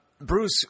Bruce